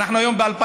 היום אנחנו ב-2018,